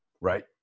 right